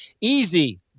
easy